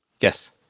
Yes